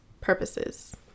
Purposes